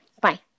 Bye